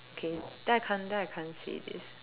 okay then I can't then I can't say this